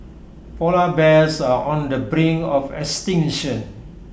Polar Bears are on the brink of extinction